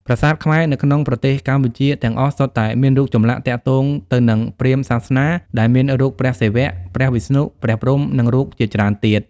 ប្រាសាទខ្មែរនៅក្នុងប្រទេសកម្ពុជាទាំងអស់សុទ្ធតែមានរូចចម្លាក់ទាក់ទងទៅនិងព្រាហ្មណ៍សាសនាដែលមានរូប ព្រះសិវៈ ព្រះវិស្ណុ ព្រះព្រហ្មនិងរូបជាច្រើនទៀត